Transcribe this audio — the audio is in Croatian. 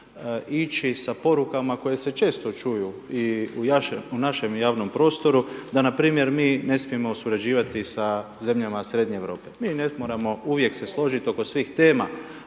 ići sa porukama koje se često čuju, i u našem javnom prostoru da, na primjer mi ne smijemo surađivati sa zemljama Srednje Europe, mi ne moramo uvijek se složiti oko svih tema,